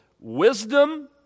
wisdom